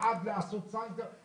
בעד לעשות סדר,